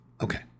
Okay